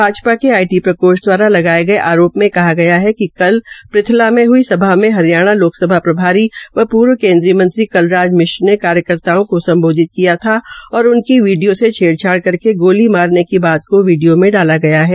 भाज ा के आईटी प्रकोष्ठ दवारा लगाये गये आरो में कहा गया है कि कल प्रथला मे हुई सभा में हरियाणा लोकसभा प्रभारी व पूर्व केन्द्रीय कलराज मिश्र ने कार्यकर्ताओं को सम्बोधित किया था और उनकी वीडियो से छेड़छाड़ करके गोली मारने की बात को वीडियो से जला गया है